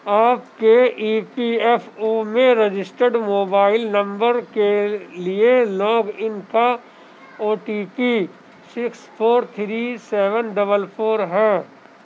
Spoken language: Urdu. آپ کے ای پی ایف او میں رجسٹرڈ موبائل نمبر کے لیے لاگ ان کا O T P six four three seven double four ہے